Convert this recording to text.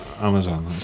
Amazon